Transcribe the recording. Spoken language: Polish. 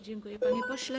Dziękuję, panie pośle.